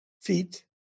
feet